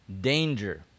Danger